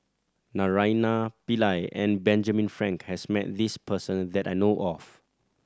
Naraina Pillai and Benjamin Frank has met this person that I know of